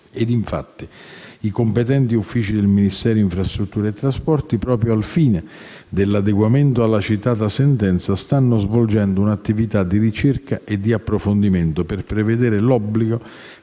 Ed infatti, i competenti uffici del Ministero delle infrastrutture e dei trasporti, proprio al fine dell'adeguamento alla citata sentenza, stanno svolgendo un'attività di ricerca e di approfondimento per prevedere l'obbligo,